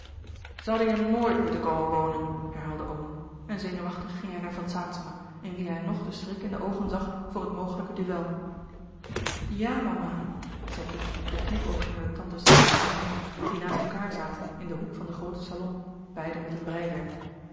hadden hier nooit moeten komen wonen herhaalde oom en zenuwachtig ging hij naar van saetzema in wien hij nog den schrik in de oogen zag voor het mogelijke duel jà mama zei toetie met een knipoogje naar de tantes tien en rien die naast elkaâr zaten in den hoek van den grooten salon beiden met een breiwerk